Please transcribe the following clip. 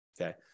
okay